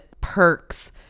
perks